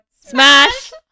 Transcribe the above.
smash